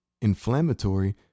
inflammatory